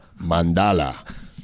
Mandala